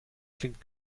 klingt